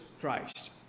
Christ